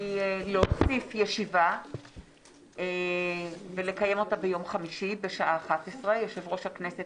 להוסיף ישיבה ולקיים אותה ביום חמישי בשעה 11:00. יושב-ראש הכנסת